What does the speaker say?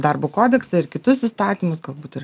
darbo kodeksą ir kitus įstatymus galbūt ir